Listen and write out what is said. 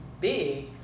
big